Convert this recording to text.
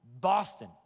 Boston